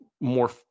more